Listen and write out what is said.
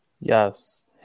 yes